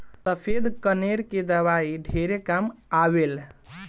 सफ़ेद कनेर के दवाई ढेरे काम आवेल